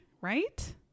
right